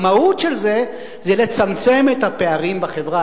המהות של זה היא לצמצם את הפערים בחברה,